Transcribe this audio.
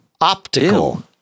Optical